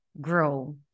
grow